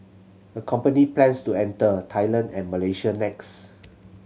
the company plans to enter Thailand and Malaysia next